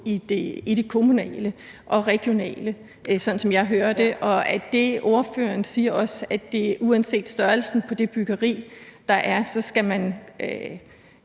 i det kommunale og regionale? Det er sådan, jeg hører det. Og er det, ordføreren siger, også, at uanset størrelsen på det byggeri, der er, skal man